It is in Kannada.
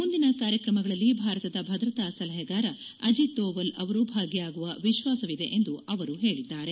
ಮುಂದಿನ ಕಾರ್ಯಕ್ರಮಗಳಲ್ಲಿ ಭಾರತದ ಭದ್ರತಾ ಸಲಹೆಗಾರ ಅಜಿತ್ ಧೋವಲ್ ಅವರು ಭಾಗಿಯಾಗುವ ವಿಶ್ವಾಸವಿದೆ ಎಂದು ಅವರು ಹೇಳಿದ್ದಾರೆ